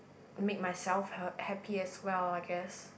make myself h~ happy as well I guess